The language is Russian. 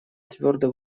твердо